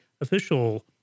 official